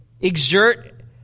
exert